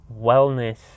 wellness